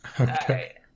Okay